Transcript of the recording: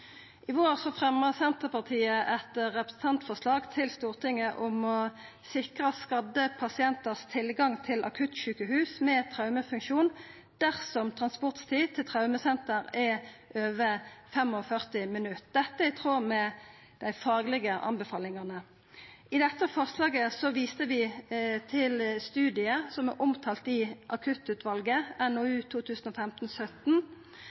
I vår fremja Senterpartiet eit representantforslag til Stortinget om å sikra skadde pasientar tilgang til akuttsjukehus med traumefunksjon dersom transporttid til traumesenteret er på over 45 minutt. Dette er i tråd med dei faglege anbefalingane. I dette forslaget viste vi til studiet som er omtalt av Akuttutvalget i